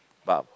but